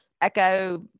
Echo